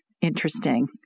interesting